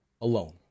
alone